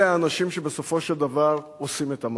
אלה האנשים שבסופו של דבר עושים את המעשה.